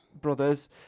brothers